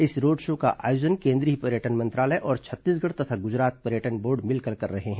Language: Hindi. इस रोड शो का आयोजन केंद्रीय पर्यटन मंत्रालय और छत्तीसगढ तथा गजरात पर्यटन बोर्ड मिलकर कर रहे हैं